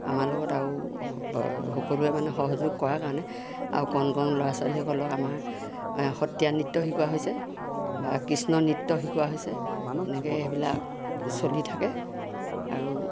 আমাৰ লগত আও সকলোৱে মানে সহযোগ কৰা কাৰণে আৰু কণ কণ ল'ৰা ছোৱালীসকলক আমাৰ সত্ৰীয়া নৃত্য শিকোৱা হৈছে বা কৃষ্ণ নৃত্য শিকোৱা হৈছে এনেকৈ সেইবিলাক চলি থাকে আৰু